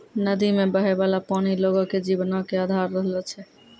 नदी मे बहै बाला पानी लोगो के जीवनो के अधार रहलो छै